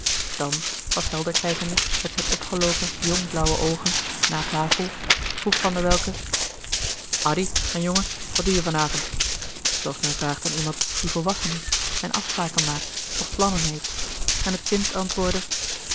dan wat helder kijkende met zijn opgeloken jong blauwe oogen na tafel vroeg van der welcke addy mijn jongen wat doe je van avond zooals men vraagt aan iemand die volwassen is en afspraken maakt of plannen heeft en het kind antwoordde